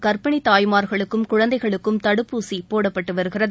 கர்ப்பிணி தாய்மார்களுக்கும் குழந்தைகளுக்கும் தடுப்பூசி போடப்பட்டு வருகிறது